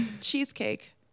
Cheesecake